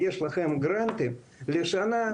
יש להם גרנטים לשנה,